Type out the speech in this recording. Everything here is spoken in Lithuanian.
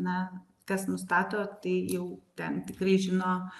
na kas nustato tai jau ten tikrai žino